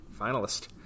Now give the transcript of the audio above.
finalist